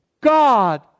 God